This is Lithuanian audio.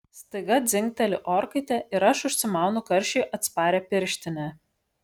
staiga dzingteli orkaitė ir aš užsimaunu karščiui atsparią pirštinę